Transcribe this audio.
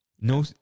No